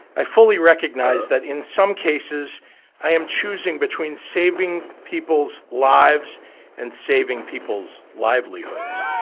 i fully recognize that in some cases i am choosing between saving people's lives and saving people's livelihoods.